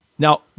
Now